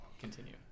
Continue